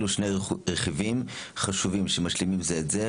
אלו שני רכיבים חשובים שמשלימים זה את זה,